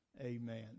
Amen